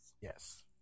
Yes